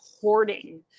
hoarding